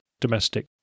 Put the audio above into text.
domestic